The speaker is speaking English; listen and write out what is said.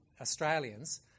Australians